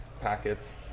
packets